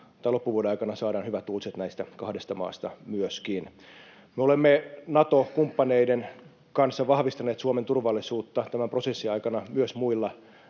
loppuvuoden aikana saadaan hyvät uutiset myöskin näistä kahdesta maasta. Me olemme Nato-kumppaneiden kanssa vahvistaneet Suomen turvallisuutta tämän prosessin aikana myös muilla